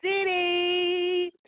city